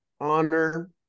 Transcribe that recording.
honor